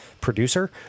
producer